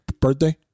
birthday